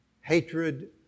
Hatred